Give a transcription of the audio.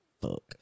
fuck